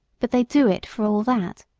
but they do it for all that.